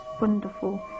wonderful